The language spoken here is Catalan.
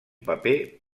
paper